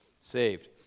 saved